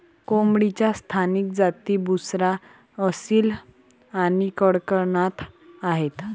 कोंबडीच्या स्थानिक जाती बुसरा, असील आणि कडकनाथ आहेत